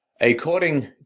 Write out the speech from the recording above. According